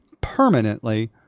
permanently